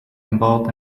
involved